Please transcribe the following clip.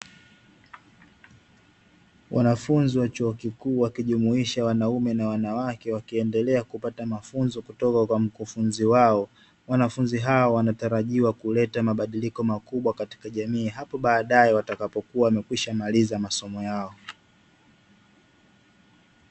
Wanafunzi wa chuo kikuu wakijumuisha wanaume na wanawake wakiendelea kupata mafunzo kutoka kwa mkufunzi wao, wanafunzi hawa wanatarajiwa kuleta mabadiliko makubwa katika jamii hapo baadae watakapokua wamekwisha maliza masomo yao.